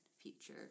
future